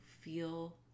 feel